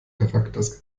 charakters